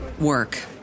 work